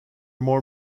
more